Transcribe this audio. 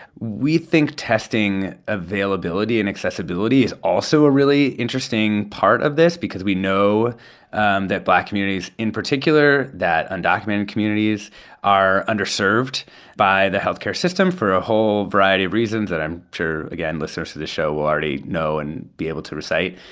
we think testing availability and accessibility is also a really interesting part of this because we know um that black communities in particular, that undocumented communities are underserved by the health care system for a whole variety of reasons that i'm sure, again, listeners to this show will already know and be able to recite.